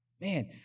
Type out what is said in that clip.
Man